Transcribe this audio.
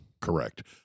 Correct